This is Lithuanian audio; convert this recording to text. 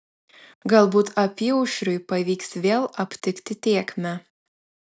galbūt apyaušriui pavyks vėl aptikti tėkmę